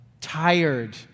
tired